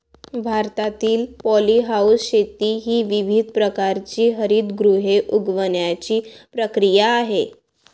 भारतातील पॉलीहाऊस शेती ही विविध प्रकारची हरितगृहे उगवण्याची प्रक्रिया आहे